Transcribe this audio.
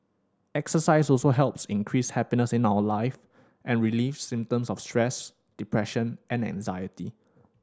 exercise also helps increase happiness in our life and relieve symptoms of stress depression and anxiety